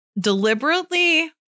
Deliberately